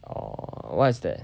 orh what's that